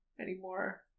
anymore